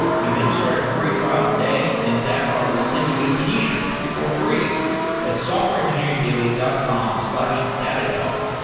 you can start a free trial today and datadog will send you a t-shirt for free at software engineeringdaily dot com slash datadog.